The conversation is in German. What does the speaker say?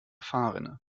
fahrrinne